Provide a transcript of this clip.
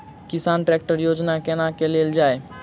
किसान ट्रैकटर योजना केना लेल जाय छै?